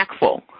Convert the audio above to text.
impactful